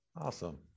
Awesome